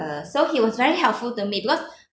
uh so he was very helpful to me because